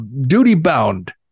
duty-bound